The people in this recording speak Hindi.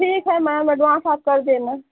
ठीक है मैम एडवांस आप कर देना